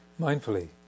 Mindfully